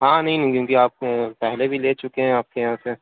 ہاں نہیں نہیں کیونکہ آپ سے پہلے بھی لے چکے ہیں آپ کے یہاں سے